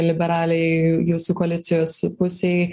liberaliai jūsų koalicijos pusei